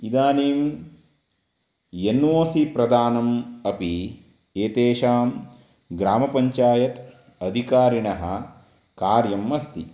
इदानीं N O C प्रदानम् अपि एतेषां ग्रामपञ्चायत् अधिकारिणः कार्यम् अस्ति